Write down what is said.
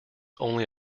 only